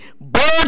birds